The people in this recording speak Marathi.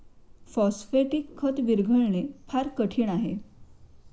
फॉस्फेटिक खत विरघळणे फार कठीण आहे